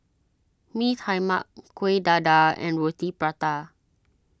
Mee Tai Mak Kuih Dadar and Roti Prata